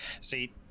see